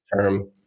term